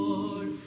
Lord